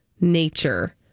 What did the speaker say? nature